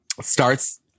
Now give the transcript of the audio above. starts